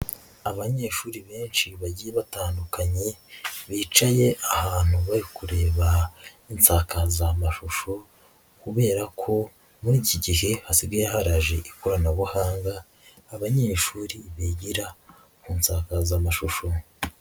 Abanyeshuri benshi bagiye batandukanye, bicaye ahantu bari kureba insakazamashusho kubera ko muri iki gihe hasigaye haraje ikoranabuhanga, abanyeshuri bigira ku nsakazamashusho.